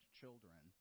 children